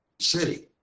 city